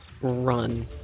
run